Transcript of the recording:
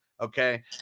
Okay